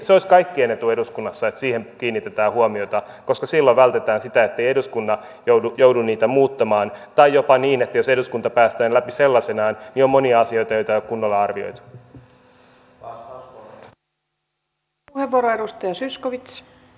olisi kaikkien etu eduskunnassa että siihen kiinnitetään huomiota koska silloin vältytään siltä ettei eduskunta joudu niitä muuttamaan tai jopa niin että jos eduskunta päästää ne läpi sellaisenaan on monia asioita joita ei ole kunnolla arvioitu